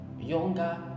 Younger